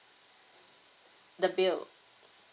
the bill